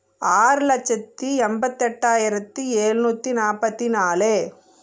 ஆறு லட்சத்தி எண்பத்தெட்டாயிரத்தி ஏழ்நூற்றி நாற்பத்தி நாலு